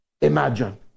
imagine